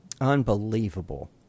Unbelievable